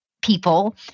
people